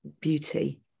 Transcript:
beauty